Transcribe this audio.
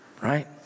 right